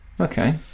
Okay